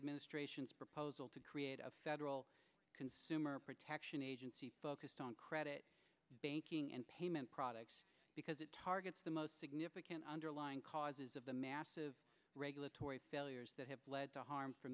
administration's proposal to create a federal consumer protection agency focused on credit banking and payment products because it targets the most significant underlying causes of the massive regulatory failures that have led to harm for